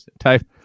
type